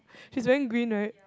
she's wearing green right